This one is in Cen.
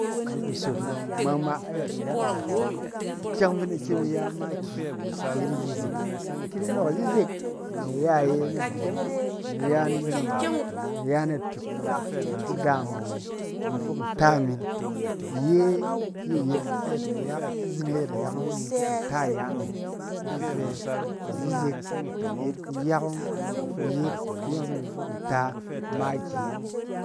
Ni kusot in ngma ngma ayɛt nayak azatse, ikyɛng ɔng fi in da kyem in ya makiyi yet izizek. Ki i di nɔɔk izizek, in da ya iye na diding, na ya iye ni nom, na ya natuk i da ki daam awo, na fok nta min. Iye ye yet ayɛt nayak azining ayɛt nayak ɔng fi imi fok nta me, fin in fɛ izizek yet kuyak ɔng fi ku yet kuyɔng fi in fok nta makiyi.